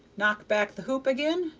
knock back the hoop again,